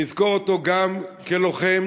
נזכור אותו גם כלוחם,